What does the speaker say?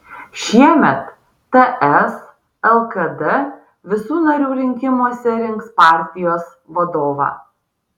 šiemet ts lkd visų narių rinkimuose rinks partijos vadovą